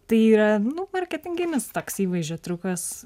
tai yra nu marketinginis toksai įvaizdžio triukas